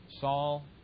Saul